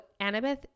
Annabeth